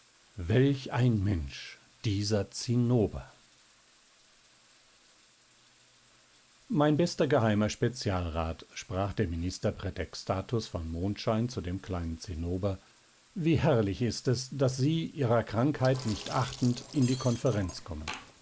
welch ein mensch dieser zinnober mein bester geheimer spezialrat sprach der minister prätextatus von mondschein zu dem kleinen zinnober wie herrlich ist es daß sie ihrer krankheit nicht achtend in die konferenz kommen